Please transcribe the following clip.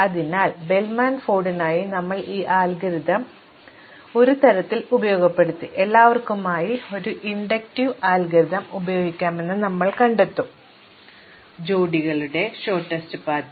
അതിനാൽ ബെൽമാൻ ഫോർഡിനായി ഞങ്ങൾ ഈ അൽഗോരിതം ഒരു തരത്തിൽ ഉപയോഗപ്പെടുത്തി എല്ലാവർക്കുമായി ഒരു ഇൻഡക്റ്റീവ് അൽഗോരിതം ഉപയോഗിക്കാം എന്ന് ഞങ്ങൾ കണ്ടെത്തും ജോഡികളുടെ ഹ്രസ്വ പാത